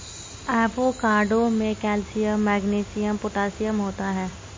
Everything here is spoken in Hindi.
एवोकाडो में कैल्शियम मैग्नीशियम पोटेशियम होता है